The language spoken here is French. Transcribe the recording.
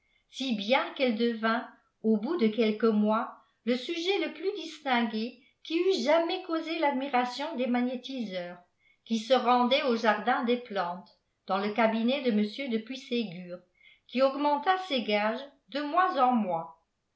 si bien qu'elle devint au bout dê'quèlqùes mois le sujet le ptiis disjligpé qii eut jâmajs causé l'àdmiratibri des niagnétiseurs jiui setendafenlau jamln dès plantes dans le cabinél de m de tuysegur qui augmenta ses gages de mois en mois